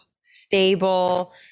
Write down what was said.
stable